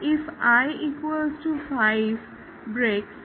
if i 5 ব্রেকস